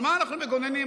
על מה אנחנו מגוננים?